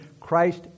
Christ